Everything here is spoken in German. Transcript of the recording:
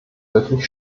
wirklich